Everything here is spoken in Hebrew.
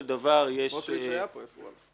והגברת שיושבת כאן משמאלי,